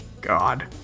God